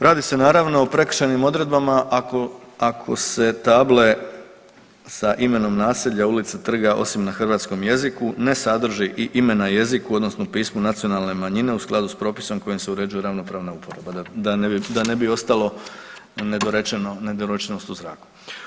Radi se naravno o prekršajnim odredbama ako se table sa imenom naselja, ulica, trga, osim na hrvatskom jeziku ne sadrži i ime na jeziku odnosno pismu nacionalne manjine u skladu s propisom kojim se uređuje ravnopravna uporaba, da ne bi, da ne bi ostalo nedorečeno, nedorečenost u zraku.